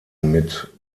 mit